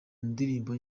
ndirimbo